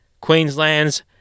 Queensland's